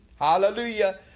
Hallelujah